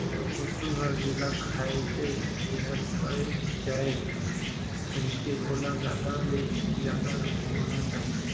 पसु हर जेला खाइसे तेहर पयच जाये कहिके ओला जादा ले जादा घुमाना चाही